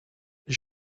les